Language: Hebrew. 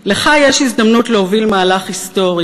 לך יש הזדמנות להוביל מהלך היסטורי,